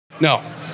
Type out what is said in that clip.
No